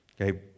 okay